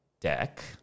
deck